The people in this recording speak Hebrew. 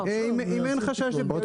אם אין חשש של פגיעה בתשתיות.